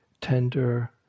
tender